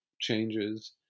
changes